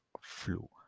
flu